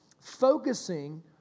focusing